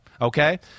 Okay